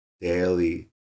daily